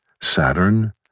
Saturn